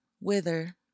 wither